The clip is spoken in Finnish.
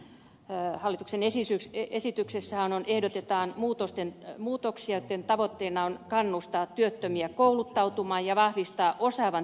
tässä hallituksen esityksessähän ehdotetaan muutoksia joitten tavoitteena on kannustaa työttömiä kouluttautumaan ja vahvistaa osaavan työvoiman saatavuutta